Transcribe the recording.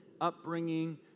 upbringing